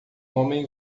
homem